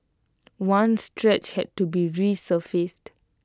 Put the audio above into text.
one stretch had to be resurfaced